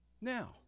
Now